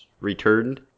return